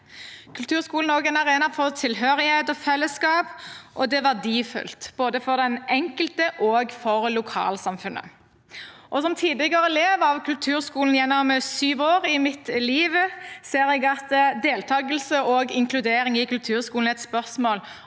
Kulturskolen er også en arena for tilhørighet og fellesskap. Det er verdifullt, både for den enkelte og for lokalsamfunnet. Som tidligere elev ved kulturskolen gjennom syv år av mitt liv ser jeg at deltakelse og inkludering i kulturskolen er et spørsmål